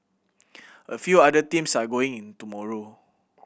a few other teams are going in tomorrow